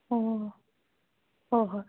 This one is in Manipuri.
ꯑꯣ ꯍꯣ ꯍꯣꯏ